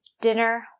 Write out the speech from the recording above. Dinner